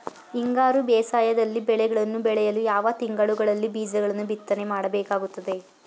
ಹಿಂಗಾರು ಬೇಸಾಯದಲ್ಲಿ ಬೆಳೆಗಳನ್ನು ಬೆಳೆಯಲು ಯಾವ ತಿಂಗಳುಗಳಲ್ಲಿ ಬೀಜಗಳನ್ನು ಬಿತ್ತನೆ ಮಾಡಬೇಕಾಗುತ್ತದೆ?